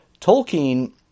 Tolkien